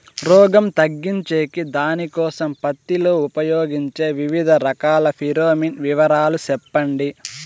రోగం తగ్గించేకి దానికోసం పత్తి లో ఉపయోగించే వివిధ రకాల ఫిరోమిన్ వివరాలు సెప్పండి